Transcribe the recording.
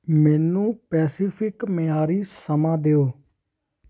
ਮੈਨੂੰ ਪੈੈਸੀਫਿਕ ਮਿਆਰੀ ਸਮਾਂ ਦਿਉ